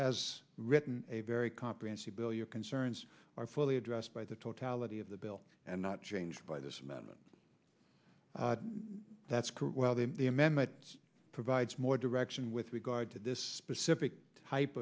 has written a very comprehensive bill your concerns are fully addressed by the totality of the bill and not changed by this amendment that's correct well the amendment provides more direction with regard to this specific type